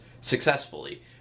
successfully